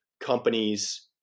companies